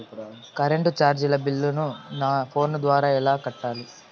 Current చార్జీల బిల్లును, నా ఫోను ద్వారా ఎలా కట్టాలి?